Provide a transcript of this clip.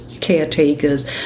caretakers